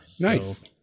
Nice